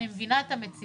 אבל אני מבינה את המציאות.